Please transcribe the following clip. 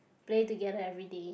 play together everyday